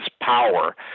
power